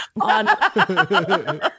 on